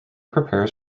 prepares